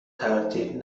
تردید